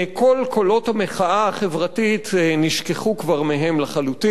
כל קולות המחאה החברתית נשכחו כבר מהם לחלוטין,